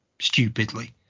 stupidly